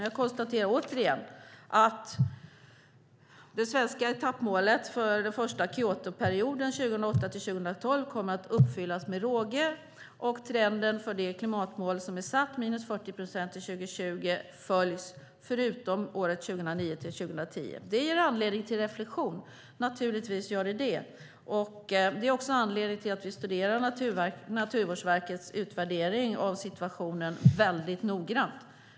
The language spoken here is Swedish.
Jag konstaterar återigen att det svenska etappmålet för den första Kyotoperioden 2008-2012 kommer att uppfyllas med råge. Trenden för det klimatmål som är satt, minus 40 procent till år 2020, följs förutom året 2009-2010. Det ger naturligtvis anledning till reflexion. Det är också anledning till att vi studerar Naturvårdsverkets utvärdering av situationen väldigt noggrant.